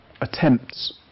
attempts